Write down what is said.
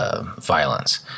violence